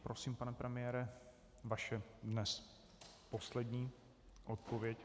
Prosím, pane premiére, vaše dnes poslední odpověď.